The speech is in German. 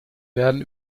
werden